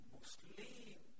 Muslim